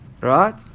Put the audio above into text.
Right